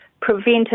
Prevent